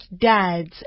dads